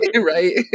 right